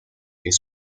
his